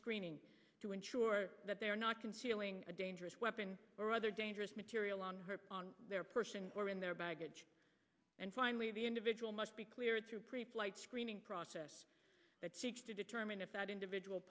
training to ensure that they are not concealing a dangerous weapon or other dangerous material on her on their person or in their baggage and finally the individual must be cleared through preflight screening process that she has to determine if that individual